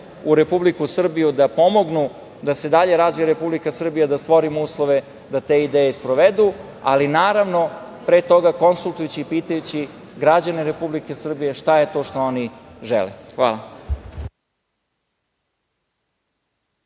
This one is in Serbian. u Republiku Srbiju, da pomognu da se dalje razvija Republika Srbija da stvorimo uslove da te ideje i sprovedu, ali naravno pre toga konsultujući i pitajući građane Republike Srbije šta je to što oni žele. Hvala.